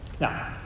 Now